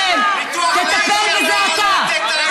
אם מערכת אכיפת החוק חשובה לכם, תטפל בזה אתה.